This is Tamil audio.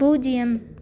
பூஜ்ஜியம்